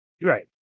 Right